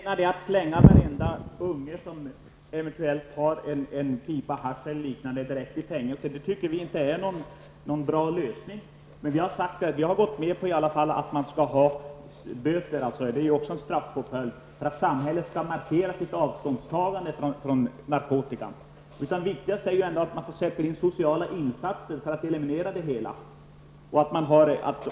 Herr talman! Vi menar att det inte är någon bra lösning att slänga varenda ung människa som har en pipa hasch eller liknande direkt i fängelse. Vi har i varje fall gått med på att det skall finnas böter, och det är ju också en straffpåföljd, för att samhället skall markera ett avståndstagande från narkotikan. Det viktigaste är ändå att sociala insatser sätts in för att eliminera det hela.